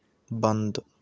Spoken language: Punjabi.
ਬੰਦ